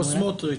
או סמוטריץ'?